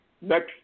next